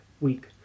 week